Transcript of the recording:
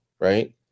right